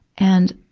and,